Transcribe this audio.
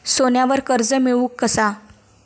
सोन्यावर कर्ज मिळवू कसा?